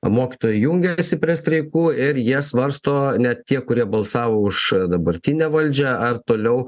mokytojai jungiasi prie streikų ir jie svarsto net tie kurie balsavo už dabartinę valdžią ar toliau